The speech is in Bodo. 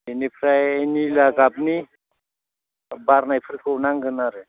बेनिफ्राय निला गाबनि बारनायफोरखौ नांगोन आरो